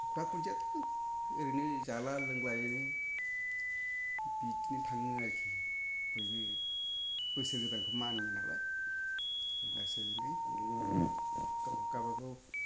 सप्ताह खनसेयाथ' ओरैनो जाला लोंलाय ओरैनो बिदिनो थाङो आरोखि बयबो बोसोर गोदानखौ मानियो नालाय बास इदिनो गाव गावबागाव